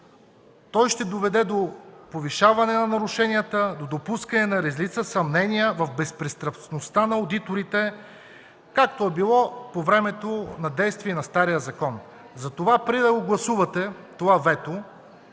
Той ще доведе до повишаване на нарушенията, до допускане на редица съмнения в безпристрастността на одиторите, както е било по времето на действие на стария закон. Затова преди да гласувате това вето,